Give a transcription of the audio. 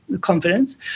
confidence